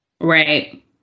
Right